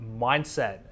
mindset